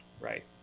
Right